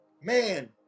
man